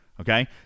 Okay